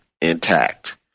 intact